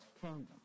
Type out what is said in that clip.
kingdom